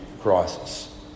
crisis